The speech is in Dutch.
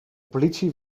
politie